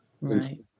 right